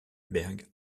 berg